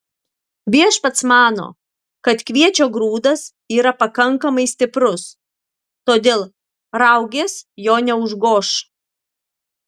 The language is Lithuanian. viešpats mano kad kviečio grūdas yra pakankamai stiprus todėl raugės jo neužgoš